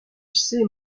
sais